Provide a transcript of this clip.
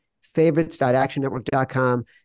favorites.actionnetwork.com